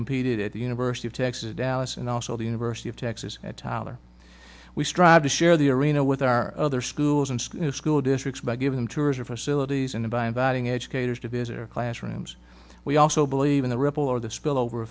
competed at the university of texas dallas and also the university of texas at tyler we strive to share the arena with our other schools and school districts by giving tours or facilities and by inviting educators to visit our classrooms we also believe in the ripple or the